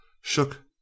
shook